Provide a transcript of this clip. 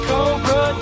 Cobra